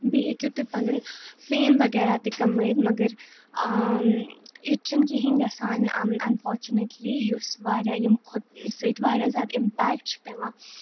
بیٚیہِ ہیٚکِو تُہۍ پَنُن فیم وغیرہ تہِ کَمٲوِتھ مگر یُتھ چھُ نہٕ کِہیٖنٛۍ گَژھان اَنفارچُنیٹلی یُس واریاہ ییٚمہِ کھۄتہٕ سۭتۍ واریاہ زیادٕ اِمپیٚکٹ چھُ پٮ۪وان